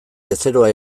bezeroa